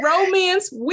romance